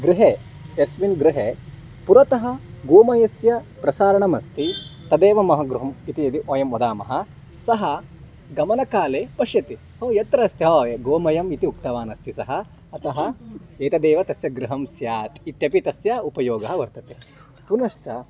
गृहे यस्मिन् गृहे पुरतः गोमयस्य प्रसारणमस्ति तदेव अहं गृहम् इति यदि वयं वदामः सः गमनकाले पश्यति ओ यत्र अस्ति ओ गोमयम् इति उक्तवान् अस्ति सः अतः एतदेव तस्य गृहं स्यात् इत्यपि तस्य उपयोगः वर्तते पुनश्च